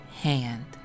hand